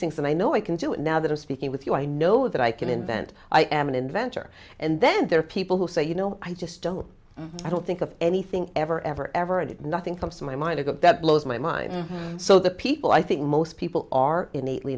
things and i know i can do it now that i'm speaking with you i know that i can invent i am an inventor and then there are people who say you know i just don't i don't think of anything ever ever ever and nothing comes to my mind about that blows my mind so the people i think most people are innately